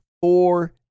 four